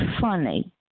funny